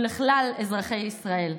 ולכלל אזרחי ישראל,